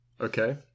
okay